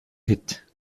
hit